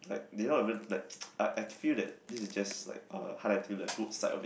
like they not even like I I feel that this is just like uh highlighting the good side of it